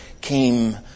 came